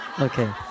Okay